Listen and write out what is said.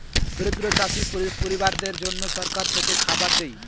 দরিদ্র চাষী পরিবারদের জন্যে সরকার থেকে খাবার দেয়